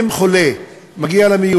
אם חולה מגיע למיון,